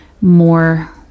more